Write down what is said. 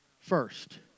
first